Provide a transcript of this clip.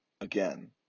again